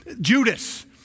Judas